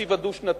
בתקציב הדו-שנתי,